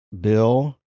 Bill